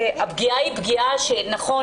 היא פגיעה שנכון,